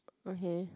okay